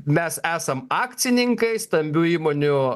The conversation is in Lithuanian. mes esam akcininkai stambių įmonių